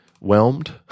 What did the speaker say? whelmed